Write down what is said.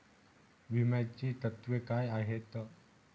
विम्याची तत्वे काय आहेत?